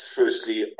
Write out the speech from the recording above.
firstly